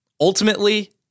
Ultimately